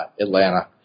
Atlanta